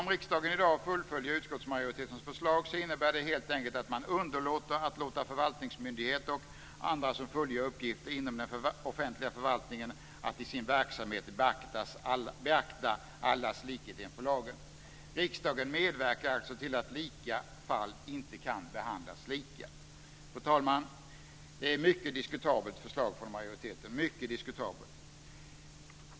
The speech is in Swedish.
Om riksdagen i dag fullföljer utskottsmajoritetens förslag så innebär det helt enkelt att man underlåter att låta förvaltningsmyndigheter och andra som fullgör uppgifter inom den offentliga förvaltningen att i sin verksamhet beakta allas likhet inför lagen. Riksdagen medverkar alltså till att lika fall inte kan behandlas lika. Fru talman! Det är ett mycket diskutabelt förslag från majoriteten - mycket diskutabelt.